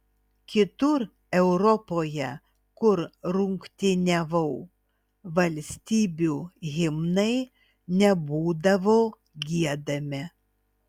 kitur europoje kur rungtyniavau valstybių himnai nebūdavo giedami